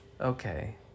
okay